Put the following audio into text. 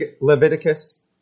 Leviticus